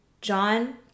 John